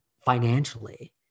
financially